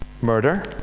Murder